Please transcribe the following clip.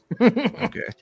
okay